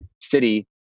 city